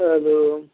hello